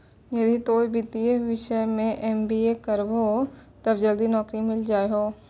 यदि तोय वित्तीय विषय मे एम.बी.ए करभो तब जल्दी नैकरी मिल जाहो